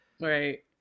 right